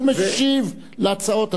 הוא משיב על ההצעות.